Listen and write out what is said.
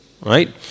Right